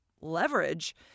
leverage